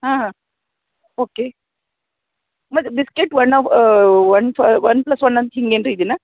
ಹಾಂ ಹಾಂ ಓಕೆ ಮತ್ತು ಬಿಸ್ಕೆಟ್ ವನ್ನ ಒನ್ಸ ಒನ್ ಪ್ಲಸ್ ಒನ್ ಅಂತ ಹಿಂಗೆನ್ರ ಇದೆಯ